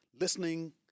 listening